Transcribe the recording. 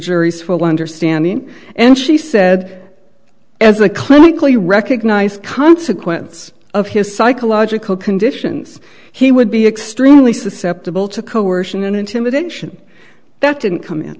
jury's full understanding and she said as a clinically recognized consequence of his psychological conditions he would be extremely susceptible to coercion and intimidation that didn't com